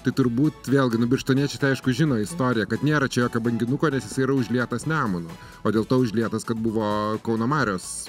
tai turbūt vėlgi nu birštoniečiai tai aišku žino istoriją kad nėra čia jokio banginuko nes jisai yra užlietas nemuno o dėl to užlietas kad buvo kauno marios